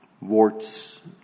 Warts